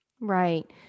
Right